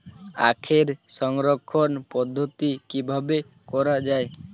আখের সংরক্ষণ পদ্ধতি কিভাবে করা হয়?